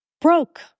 broke